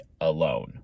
alone